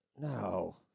No